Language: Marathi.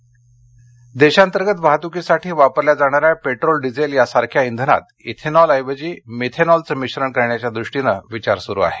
डुथेनॉल देशांतर्गत वाहतुकीसाठी वापरल्या जाणाऱ्या पेट्रोल डिझेल यासारख्या इंधनात इथेनॉल ऐवजी मिथेनॉलचं मिश्रण करण्याच्या दृष्टीनं विचार सुरु आहे